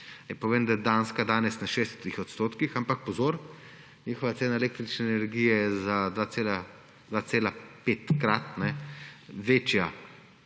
povem, da je Danska danes na 60 %. Ampak pozor, njihova cena električne energije je za 2,5 krat večja,